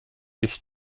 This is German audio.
ich